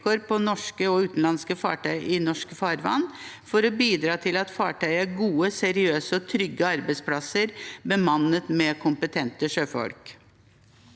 på norske og utenlandske fartøy i norske farvann for å bidra til at fartøyene er gode, seriøse og trygge arbeidsplasser bemannet med kompetente sjøfolk.